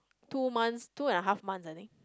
two months two and a half months I think